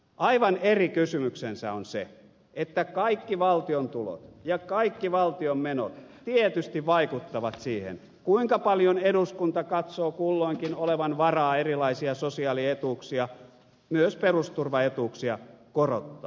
aivan eri kysymyksensä on se että kaikki valtion tulot ja kaikki valtion menot tietysti vaikuttavat siihen kuinka paljon eduskunta katsoo kulloinkin olevan varaa erilaisia sosiaalietuuksia myös perusturvaetuuksia korottaa